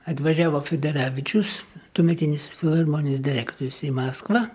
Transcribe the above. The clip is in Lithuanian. atvažiavo federavičius tuometinis filharmonijos direktorius į maskvą